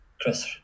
Chris